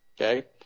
Okay